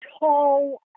tall